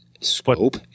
scope